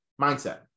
Mindset